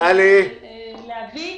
--- טלי --- להביא